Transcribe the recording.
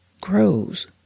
grows